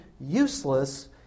useless